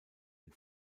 den